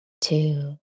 Two